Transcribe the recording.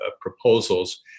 proposals